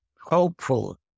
hopeful